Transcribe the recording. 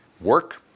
work